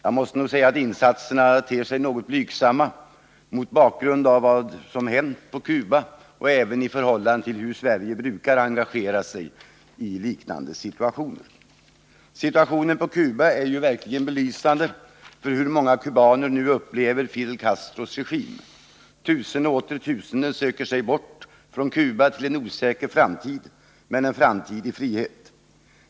Jag måste nog säga att insatserna ter sig något blygsamma mot bakgrund av vad som hänt i Cuba och även i förhållande till hur Sverige brukar engagera sig i liknande situationer. Situationen i Cuba är ju verkligen belysande för hur många kubaner nu upplever Fidel Castros regim. Tusenden och åter tusenden söker sig bort från Cuba till en osäker framtid, men en framtid i frihet.